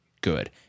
good